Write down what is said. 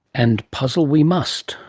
and puzzle we must,